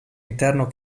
interno